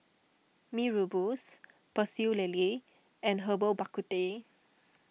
Mee Rebus Pecel Lele and Lerbal Bak Ku Teh